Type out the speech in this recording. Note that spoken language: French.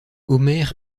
homer